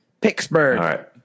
Pittsburgh